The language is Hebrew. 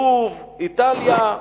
לוב, איטליה,